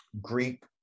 Greek